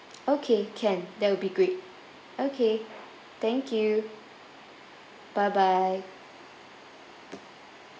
okay can that will be great okay thank you bye bye